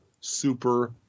super